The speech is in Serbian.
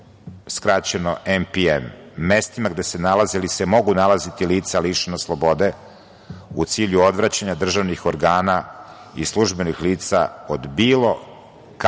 skraćeno NPM, mestima gde se nalaze ili se mogu nalaziti lica lišena slobode u cilju odvraćanja državnih organa i službenih lica od bilo kakvog